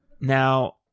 Now